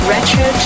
Retro